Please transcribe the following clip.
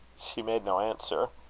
she made no answer.